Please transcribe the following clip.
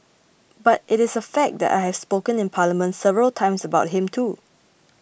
but it is a fact that I have spoken in Parliament several times about him too